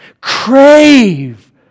crave